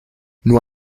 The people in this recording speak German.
nur